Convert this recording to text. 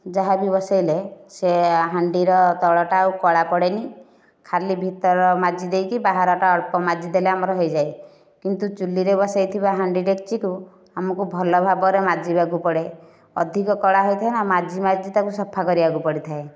ଯାହାବି ବସାଇଲେ ସେ ହାଣ୍ଡିର ତଳଟା ଆଉ କଳା ପଡ଼େନି ଖାଲି ଭିତର ମାଜିଦେଇକି ବାହାରର ଅଳ୍ପ ମାଜିଦେଲେ ଆମର ହୋଇଯାଏ କିନ୍ତୁ ଚୁଲିରେ ବସାଇଥିବା ହାଣ୍ଡି ଡେକ୍ଚିକୁ ଆମକୁ ଭଲ ଭାବରେ ମାଜିବାକୁ ପଡ଼େ ଅଧିକ କଳା ହୋଇଥାଏ ନା ମାଜି ମାଜି ତାକୁ ସଫା କରିବାକୁ ପଡ଼ିଥାଏ